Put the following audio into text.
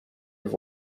have